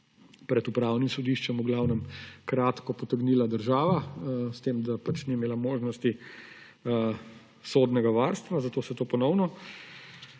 pred Upravnim sodiščem v glavnem kratko potegnila država, s tem da pač ni imela možnosti sodnega varstva, zato se to ponovno